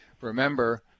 remember